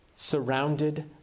Surrounded